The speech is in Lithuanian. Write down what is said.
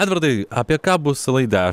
edvardai apie ką bus laida